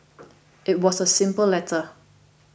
it was a simple letter